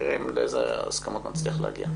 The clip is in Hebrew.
נראה לאיזה הסכמות נצליח להגיע.